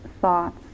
thoughts